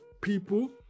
people